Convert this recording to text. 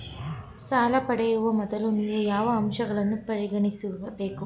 ಸಾಲ ಪಡೆಯುವ ಮೊದಲು ನೀವು ಯಾವ ಅಂಶಗಳನ್ನು ಪರಿಗಣಿಸಬೇಕು?